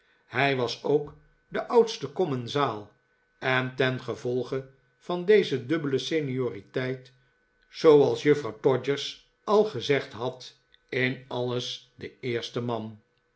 hij was ook de oudste commensaal en tengevolge van deze dubbele senioriteit zooals juffrouw todgers al gezegd had in alles de eerste man